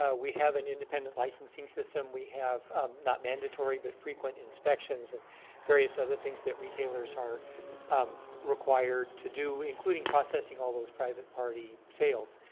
ah we have an independent licensing system. we have not mandatory but frequent inspections and various other things that retailers are um required to do, including processing all those private party sales.